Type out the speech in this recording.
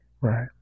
Right